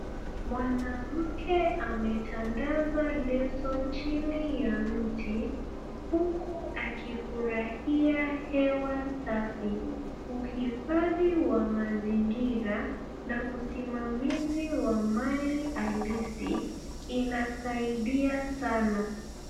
Mwanamke ametandaza leso chini ya mti huku akifurahia hewa safi. Uhafidhi wa mazingira na usimamizi wa mali halisi inasaidia sana.